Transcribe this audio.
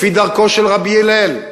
לפי דרכו של רבי הלל,